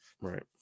Right